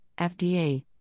FDA